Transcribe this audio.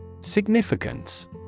Significance